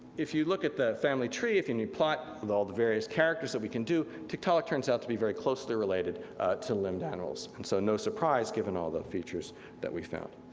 if you look at the family tree and you plot with all the various characters that we can do, tiktaalik turns out to be very closely related to limbed animals. and so no surprise given all the features that we found.